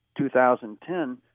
2010